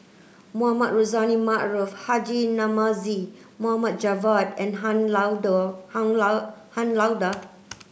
Mohamed Rozani Maarof Haji Namazie Mohd Javad and Han Lao Da Han Lao Han Lao Da